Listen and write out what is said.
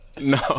No